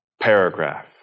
paragraph